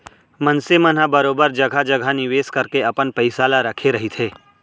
मनसे मन ह बरोबर जघा जघा निवेस करके अपन पइसा ल रखे रहिथे